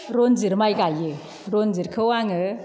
रनजित माइ गाइयो रनजितखौ आङो